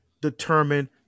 determine